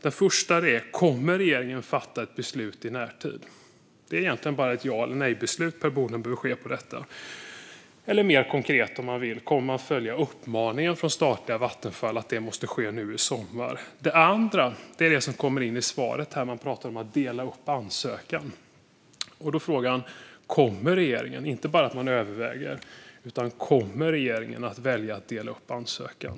Den första är: Kommer regeringen att fatta ett beslut i närtid? Det är egentligen bara ett ja eller nejbesked Per Bolund behöver ge om detta. Eller mer konkret om han vill: Kommer man att följa uppmaningen från statliga Vattenfall att göra det nu i sommar? Den andra gäller det som sägs i svaret om att dela upp ansökan. Då är frågan: Kommer regeringen att inte bara överväga utan välja att dela upp ansökan?